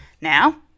now